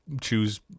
choose